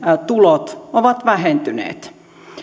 tulot ovat vähentyneet